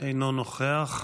אינו נוכח.